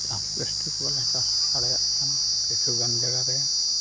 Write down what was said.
ᱵᱮᱥ ᱴᱷᱤᱠ ᱵᱟᱞᱮ ᱪᱟᱥ ᱫᱟᱲᱮᱭᱟᱜ ᱠᱟᱱᱟ ᱠᱤᱪᱷᱩᱜᱟᱱ ᱡᱟᱭᱜᱟ ᱨᱮ